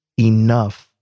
enough